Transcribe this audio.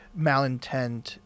malintent